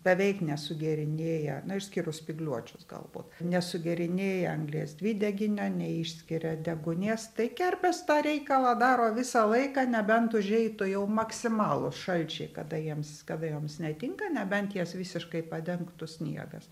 beveik nesugerinėja na išskyrus spygliuočius galbūt nesugerinėja anglies dvideginio neišskiria deguonies tai kerpės tą reikalą daro visą laiką nebent užeitų jau maksimalūs šalčiai kada jiems kada joms netinka nebent jas visiškai padengtų sniegas